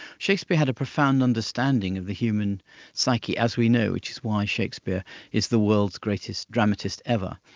shakespeare had a profound understanding of the human psyche, as we know, which is why shakespeare is the world's greatest dramatist ever.